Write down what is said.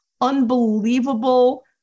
unbelievable